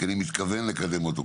כי אני מתכוון לקדם אותו.